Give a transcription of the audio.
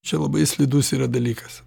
čia labai slidus yra dalykas